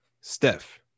Steph